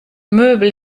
möbel